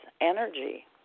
energy